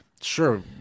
sure